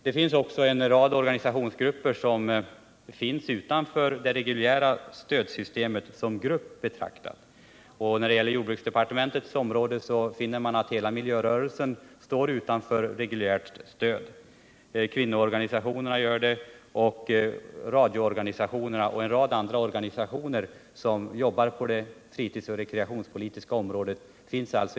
Det finns också en rad hela organisationsgrupper som står utanför det reguljära stödsystemet. På jordbrukets område står hela miljörörelsen utanför reguljärt stöd. Detsamma gäller även kvinnoorganisationerna liksom radioorganisationerna och en rad andra sammanslutningar som arbetar på det fritidsoch rekreationspolitiska området.